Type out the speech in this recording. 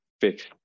fix